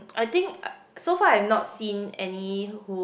I think so far I've not seen any who